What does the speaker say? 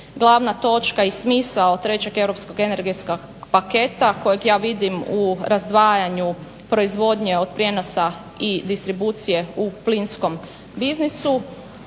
glavna točka i smisao trećeg europskog energetskog paketa kojeg ja vidim u razdvajanju proizvodnje od prijenosa i distribucije u plinskom biznisu